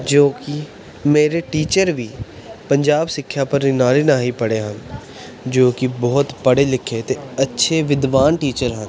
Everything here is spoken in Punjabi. ਜੋ ਕਿ ਮੇਰੇ ਟੀਚਰ ਵੀ ਪੰਜਾਬ ਸਿੱਖਿਆ ਪ੍ਰਣਾਲੀ ਰਾਹੀਂ ਪੜ੍ਹੇ ਹਨ ਜੋ ਕਿ ਬਹੁਤ ਪੜ੍ਹੇ ਲਿਖੇ ਅਤੇ ਅੱਛੇ ਵਿਦਵਾਨ ਟੀਚਰ ਹਨ